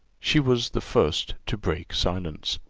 she was the first to break silence.